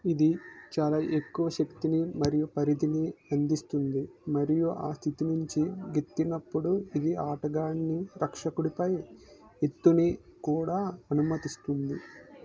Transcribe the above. ఇది చాలా ఎక్కువ శక్తిని మరియు పరిధిని అందిస్తుంది మరియు ఆ స్థితి నుంచి గెంతినప్పుడు ఇది ఆటగాడిని రక్షకుడుపై ఎత్తుని కూడా అనుమతిస్తుంది